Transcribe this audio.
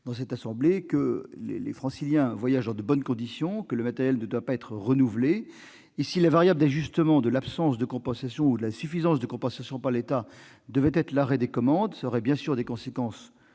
dans cette assemblée que les Franciliens voyagent dans de bonnes conditions et que le matériel ne doit pas être renouvelé. Si l'absence de compensation ou l'insuffisance de compensation par l'État devait entraîner l'arrêt des commandes, cela aurait bien sûr des conséquences